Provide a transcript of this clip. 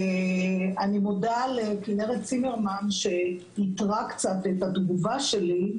אני מודה לכנרת צימרמן שייתרה קצת את התגובה שלי,